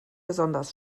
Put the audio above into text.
besonders